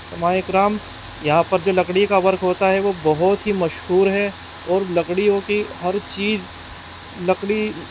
ماہ اکرام یہاں پر جو لکڑی کا ورک ہوتا ہے وہ بہت ہی مشہور ہے اور لکڑیوں کی ہر چیز لکڑی